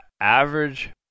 average